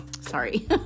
sorry